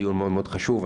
דיון מאוד מאוד חשוב,